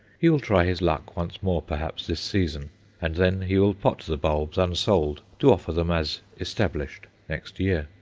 he will try his luck once more perhaps this season and then he will pot the bulbs unsold to offer them as established next year.